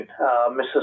Mrs